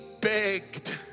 begged